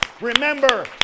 remember